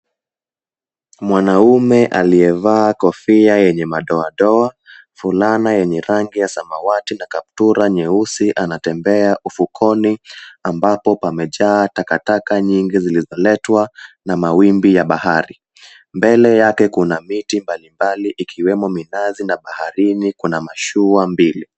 Mwanaume aliyevaa kofia yenye madoadoa, fulana yenye rangi ya samawati na kaptura nyeusi anatembea ufukoni ambapo pamejaa takataka nyingi zilizoletwa na mawimbi ya bahari. Mbele yake kuna miti mbali mbali ikiwemo minazi na baharini kuna mashua mbili.